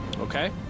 okay